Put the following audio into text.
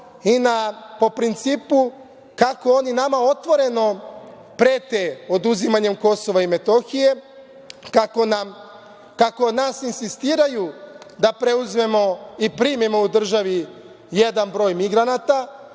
i po principu kako oni nama otvoreno prete oduzimanjem Kosova i Metohije, kako od nas insistiraju da preuzmemo i primimo u državi jedan broj migranata,